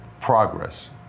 progress